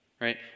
right